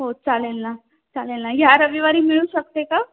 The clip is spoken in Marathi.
हो चालेल ना चालेल ना ह्या रविवारी मिळू शकते का